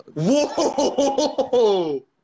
Whoa